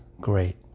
great